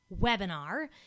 webinar